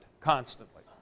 constantly